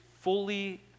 fully